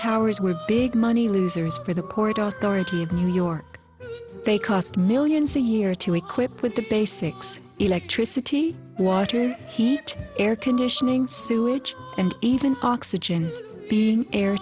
towers were big money losers for the port authority of new york they cost millions a year to equip with the basics electricity water heat air conditioning sewage and even oxygen being air